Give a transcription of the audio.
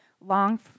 long